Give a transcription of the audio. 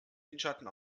windschatten